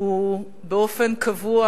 הוא באופן קבוע,